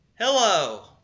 Hello